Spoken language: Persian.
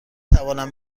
توانم